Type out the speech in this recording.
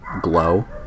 glow